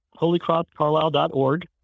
holycrosscarlisle.org